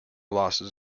losses